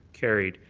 carried.